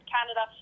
Canada